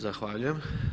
Zahvaljujem.